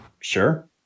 Sure